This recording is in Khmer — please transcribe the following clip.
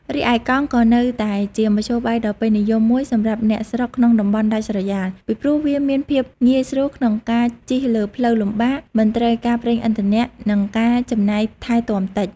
រីឯ កង់ក៏នៅតែជាមធ្យោបាយដ៏ពេញនិយមមួយសម្រាប់អ្នកស្រុកក្នុងតំបន់ដាច់ស្រយាល ពីព្រោះវាមានភាពងាយស្រួលក្នុងការជិះលើផ្លូវលំបាក មិនត្រូវការប្រេងឥន្ធនៈ និងការចំណាយថែទាំតិច។